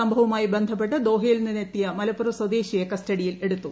സംഭവുമായി ബന്ധപ്പ്പെട്ട് ദോഹയിൽനിന്ന് എത്തിയ മലപ്പുറം സ്വദേശിയെ കസ്റ്റഡിയിൽ എടുത്തു